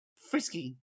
frisky